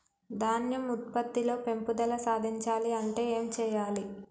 ధాన్యం ఉత్పత్తి లో పెంపుదల సాధించాలి అంటే ఏం చెయ్యాలి?